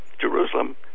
Jerusalem